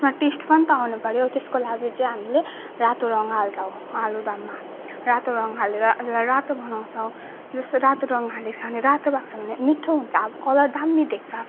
त्यसमा टेस्ट पनि त आउनु पऱ्यो त्यसको लागि चाहिँ हामीले रातो रङ हाल्छौँ आलुदममा रातो रङ हालेर त्यसलाई रातो बनाउँछौँ जस्तै रातो रङ हालेको छ भने रातो भएको छ भने मिठो हुन्छ अब कलर दामी देख्छ